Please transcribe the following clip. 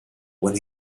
when